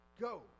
Go